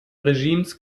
regimes